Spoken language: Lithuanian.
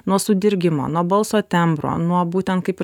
nuo sudirgimo nuo balso tembro nuo būtent kaip ir